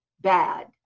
bad